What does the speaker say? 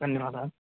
धन्यवादः